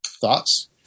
Thoughts